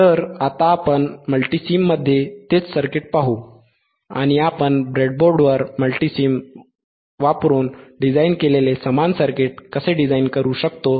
तर आता आपण मल्टीसिममध्ये तेच सर्किट पाहू आणि आपण ब्रेडबोर्डवर मल्टीसिम वापरून डिझाइन केलेले समान सर्किट कसे डिझाइन करू शकतो